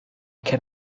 can